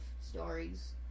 stories